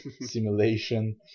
simulation